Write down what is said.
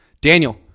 Daniel